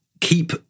keep